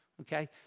Okay